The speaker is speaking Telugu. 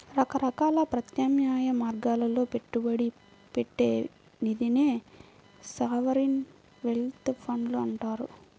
రకరకాల ప్రత్యామ్నాయ మార్గాల్లో పెట్టుబడి పెట్టే నిధినే సావరీన్ వెల్త్ ఫండ్లు అంటారు